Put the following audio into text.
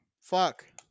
Fuck